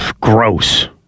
gross